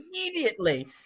immediately